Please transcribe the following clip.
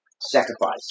sacrifice